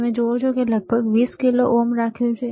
તમે જુઓ છો કે તેણે લગભગ 20 કિલો ઓહ્મ રાખ્યો છે